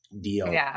deal